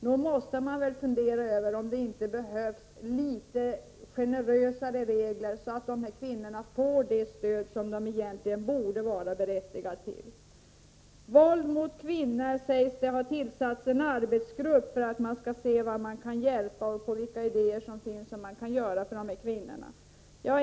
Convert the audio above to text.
Nog måste man väl fundera över om det behövs litet generösare regler, så att dessa kvinnor får det stöd som de egentligen borde vara berättigade till. Det sägs att det har tillsatts en arbetsgrupp som skall studera våldet mot kvinnorna och vilka idéer som finns om hur man kan hjälpa dem.